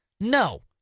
No